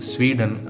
Sweden